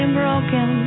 broken